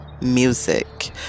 music